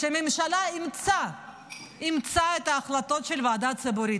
והממשלה אימצה את ההחלטות של הוועדה הציבורית,